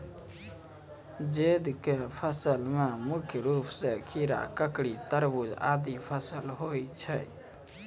जैद क फसल मे मुख्य रूप सें खीरा, ककड़ी, तरबूज आदि फसल होय छै